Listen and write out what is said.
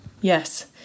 Yes